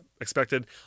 expected